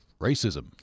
racism